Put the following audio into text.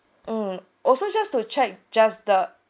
mm also just to check just the